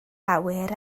awyr